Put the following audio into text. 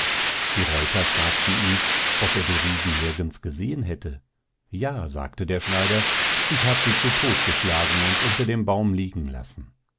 die reuter ihn fragten ob er die riesen nirgends gesehen hätte ja sagte der schneider ich hab sie zu todt geschlagen und unter dem baum liegen lassen